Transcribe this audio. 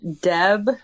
Deb